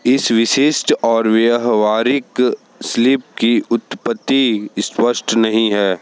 इस विशिष्ट और व्यवहारिक स्लिप की उत्पत्ति स्पष्ट नहीं है